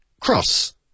cross